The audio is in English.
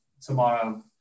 tomorrow